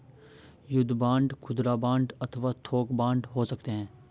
युद्ध बांड खुदरा बांड अथवा थोक बांड हो सकते हैं